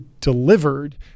delivered